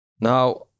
Now